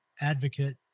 advocate